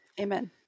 Amen